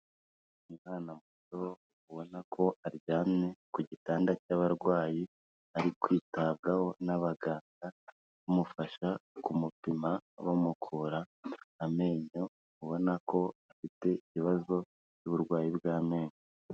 Umwana mukuru ubona ko aryamye ku gitanda cy'abarwayi ari kwitabwaho n'abaganga bamufasha kumupima, bamukura amenyo ubona ko afite ibibazo by'uburwayi bw'amenyo.